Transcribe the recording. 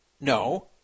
No